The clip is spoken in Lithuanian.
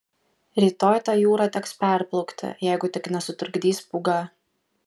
rytoj tą jūrą teks perplaukti jeigu tik nesutrukdys pūga